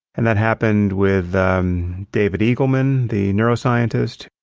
and that happened with david eagleman, the neuroscientist.